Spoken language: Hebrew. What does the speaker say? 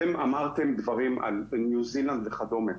אתם אמרתם דברים על ניו זילנד וכדומה.